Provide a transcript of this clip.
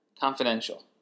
Confidential